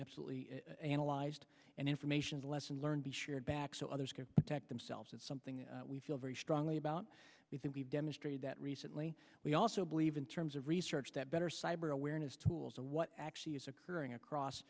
absolutely analyzed and information to lesson learned be shared back so others can protect themselves it's something we feel very strongly about we think we've demonstrated that recently we also believe in terms of research that better cyber awareness tools and what actually is occurring across